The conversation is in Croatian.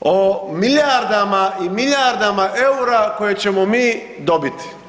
o milijardama i milijardama EUR-a koje ćemo mi dobiti.